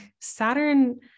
Saturn